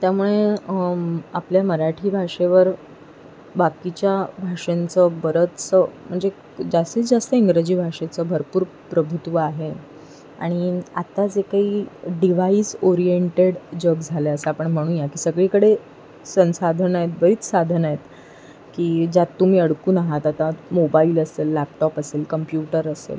त्यामुळे आपल्या मराठी भाषेवर बाकीच्या भाषांचं बरचंसं म्हणजे जास्तीत जास्त इंग्रजी भाषेचं भरपूर प्रभुत्व आहे आणि आत्ता जे काही डीवाइस ओरिएंटेड जग झालं आहे असं आपण म्हणूया की सगळीकडे संसाधनं आहेत बरीच साधनं आहेत की ज्यात तुम्ही अडकून आहात हातात मोबाईल असेल लॅपटाॅप असेल कम्प्युटर असेल